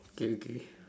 okay